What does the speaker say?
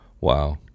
wow